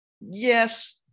Yes